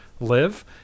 live